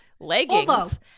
Leggings